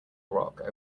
rock